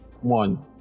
One